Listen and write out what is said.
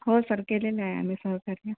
हो सर केलेले आहे आम्ही सहकार्य